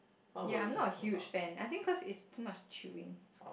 ya I'm not a huge fan I think cause it's too much chewing